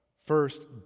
first